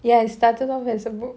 ya it started off as a book